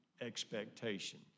expectation